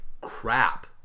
crap